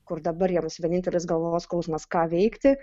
kur dabar jiems vienintelis galvos skausmas ką veikti